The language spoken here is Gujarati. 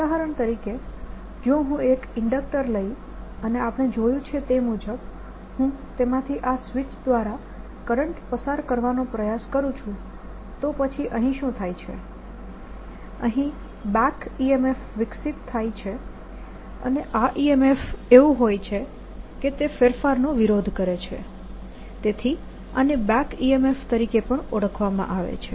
ઉદાહરણ તરીકે જો હું એક ઇન્ડક્ટર લઇ અને આપણે જોયું છે તે મુજબ હું તેમાંથી આ સ્વીચ દ્વારા કરંટ પસાર કરવાનો પ્રયાસ કરું છું તો પછી અહીં શું થાય છે અહીં બેક EMF વિકસિત થાય છે અને આ EMF એવું હોય છે કે તે ફેરફારનો વિરોધ કરે છે તેથી આને બેક EMF તરીકે પણ ઓળખવામાં આવે છે